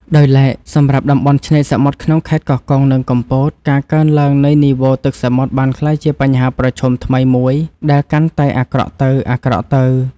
ដោយឡែកសម្រាប់តំបន់ឆ្នេរសមុទ្រក្នុងខេត្តកោះកុង និងកំពត ការកើនឡើងនៃនីវ៉ូទឹកសមុទ្របានក្លាយជាបញ្ហាប្រឈមថ្មីមួយដែលកាន់តែអាក្រក់ទៅៗ។